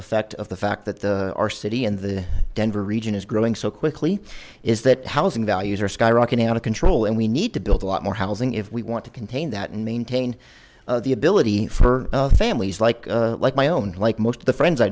effect of the fact that the our city and the denver region is growing so quickly is that housing values are skyrocketing out of control and we need to build a lot more housing if we want to contain that and maintain the ability for families like like my own like most of the friends i